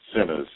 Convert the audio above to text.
sinners